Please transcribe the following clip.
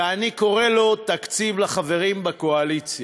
ואני קורא לו: תקציב לחברים בקואליציה.